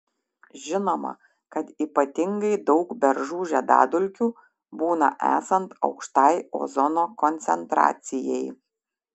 žinoma kad ypatingai daug beržų žiedadulkių būna esant aukštai ozono koncentracijai